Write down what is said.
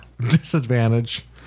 disadvantage